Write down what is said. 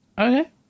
Okay